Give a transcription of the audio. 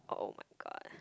[oh]-my-god